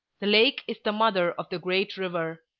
the lake is the mother of the great river.